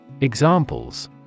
Examples